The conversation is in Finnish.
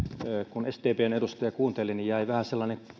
kun sdpn edustajaa kuunteli niin jäi vähän sellainen